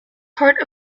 part